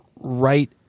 right